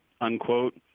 unquote